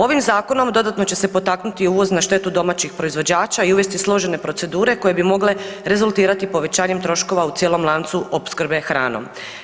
Ovim Zakonom dodatno će se potaknuti uvoz na štetu domaćih proizvođača i uvesti složene procedure koje bi mogle rezultirati povećanjem troškova u cijelom lancu opskrbe hranom.